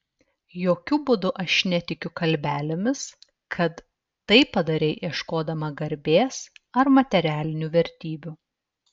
jokiu būdu aš netikiu kalbelėmis kad tai padarei ieškodama garbės ar materialinių vertybių